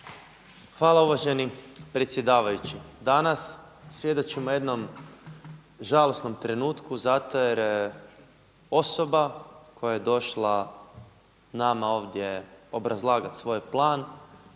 Hvala uvaženi predsjedavajući. Danas svjedočimo jednom žalosnom trenutku zato jer osoba koja je došla nama ovdje obrazlagati svoj plan